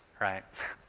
right